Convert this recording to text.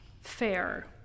fair